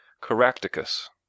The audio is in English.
Caractacus